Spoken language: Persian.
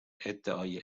ادعای